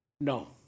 no